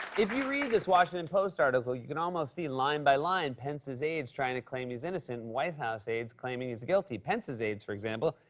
if you read this washington post article, you can almost see, line by line, pence's aides trying to claim he's innocent and white house aides claiming he's guilty. pence's aides, for example,